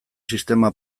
sistema